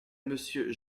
monsieur